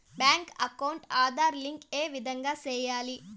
Bank account Aadhaar link ఏ విధంగా సెయ్యాలి?